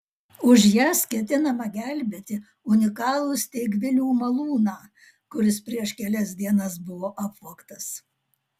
už jas ketinama gelbėti unikalų steigvilių malūną kuris prieš kelias dienas buvo apvogtas